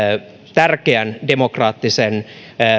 tärkeän demokraattisen